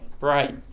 Right